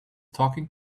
talking